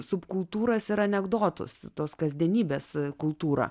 subkultūras ir anekdotus tos kasdienybės kultūrą